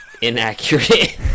inaccurate